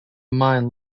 mine